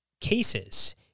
cases